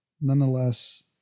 nonetheless